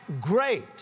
great